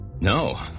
No